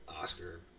Oscar